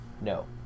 No